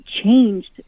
changed